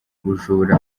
ubujura